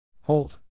Hold